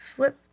Flip